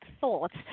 thoughts